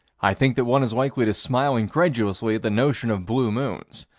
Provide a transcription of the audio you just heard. i think that one is likely to smile incredulously at the notion of blue moons.